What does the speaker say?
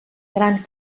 gran